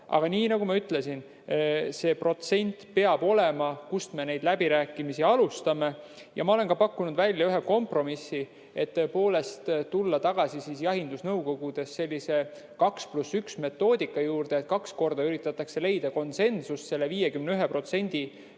Aga nii nagu ma ütlesin, see protsent peab olema, kust me neid läbirääkimisi alustame. Ma olen pakkunud välja ka ühe kompromissi, et tõepoolest tulla tagasi jahindusnõukogudes sellise 2 + 1 metoodika juurde: kaks korda üritatakse leida konsensust selle 51% nõude